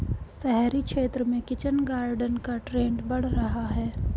शहरी क्षेत्र में किचन गार्डन का ट्रेंड बढ़ रहा है